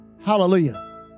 Hallelujah